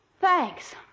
Thanks